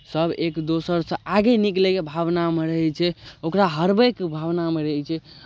सभ एक दोसरसँ आगे निकलैके भावनामे रहै छै ओकरा हरबयके भावनामे रहै छै